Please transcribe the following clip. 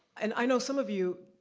and i know some of you,